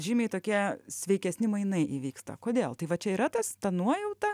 žymiai tokie sveikesni mainai įvyksta kodėl tai va čia yra tas ta nuojauta